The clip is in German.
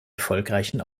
erfolgreichen